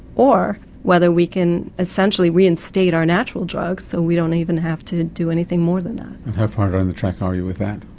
or whether we can essentially reinstate our natural drugs so we don't even have to do anything more than that. and how far down the track are you with that?